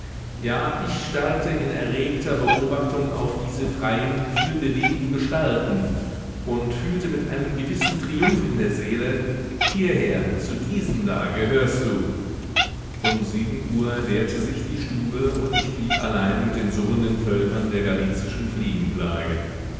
ja ich starrte in erregter beobachtung auf diese freien vielbewegten gestalten und fühlte mit einem gewissen triumph in der seele hierher zu diesen da gehörst du um sieben uhr leerte sich die stube und ich blieb allein mit den surrenden völkern der